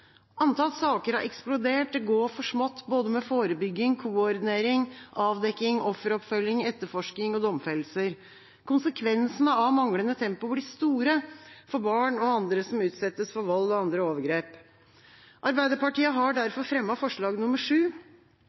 Antall saker har eksplodert. Det går for smått, med både forebygging, koordinering, avdekking, offeroppfølging, etterforskning og domfellelser. Konsekvensene av manglende tempo blir store for barn og andre som utsettes for vold og andre overgrep. Arbeiderpartiet har derfor fremmet forslag